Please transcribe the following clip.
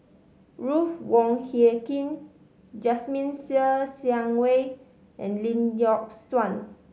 Ruth Wong Hie King Jasmine Ser Xiang Wei and Lee Yock Suan